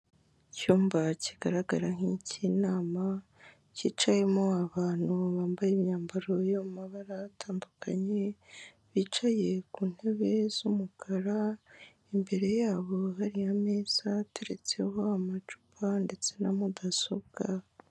Icyumba kigaragara nk'icy'inama, cyicayemo abantu bambaye imyambaro yo mu mabara atandukanye, bicaye ku ntebe z'umukara, imbere yabo hari ameza teretseho amacupa ndetse na mudasobwa.